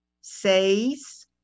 seis